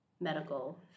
medical